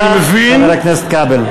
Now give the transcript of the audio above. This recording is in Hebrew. חבר הכנסת כבל.